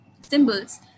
symbols